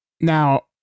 Now